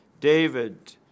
David